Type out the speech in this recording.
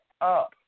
up